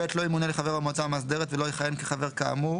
לא ימונה לחבר המועצה המאסדרת ולא יכהן כחבר כאמור